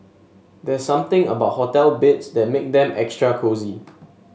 there's something about hotel beds that make them extra cosy